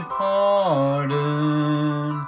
pardon